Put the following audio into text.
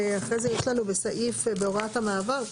ואחרי זה יש לנו בסעיף, בהוראת המעבר,